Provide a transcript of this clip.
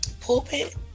pulpit